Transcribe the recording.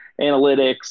Analytics